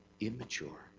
immature